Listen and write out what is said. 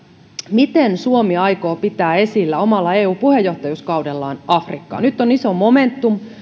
miten suomi aikoo pitää esillä omalla eu puheenjohtajuuskaudellaan afrikkaa nyt on iso momentum